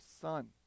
son